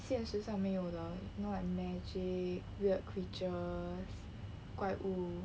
现实上没有的 you know like magic weird creatures 怪物